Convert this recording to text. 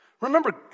Remember